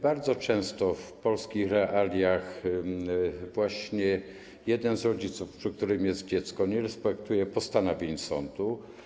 Bardzo często w polskich realiach właśnie jeden z rodziców, przy którym jest dziecko, nie respektuje postanowień sądu.